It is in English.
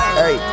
hey